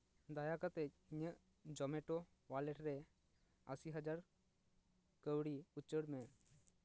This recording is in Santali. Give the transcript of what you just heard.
ᱫᱟᱭᱟ ᱠᱟᱛᱮᱫ ᱤᱧᱟᱹᱜ ᱡᱚᱢᱮᱴᱳ ᱚᱣᱟᱞᱮᱴ ᱨᱮ ᱟᱥᱤᱦᱟᱡᱟᱨ ᱠᱟᱹᱣᱰᱤ ᱩᱪᱟᱹᱲ ᱢᱮ